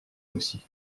aussi